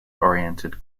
oriented